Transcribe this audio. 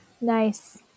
Nice